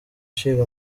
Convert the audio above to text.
ishinga